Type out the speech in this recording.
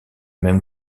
même